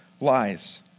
lies